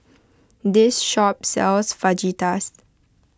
this shop sells Fajitas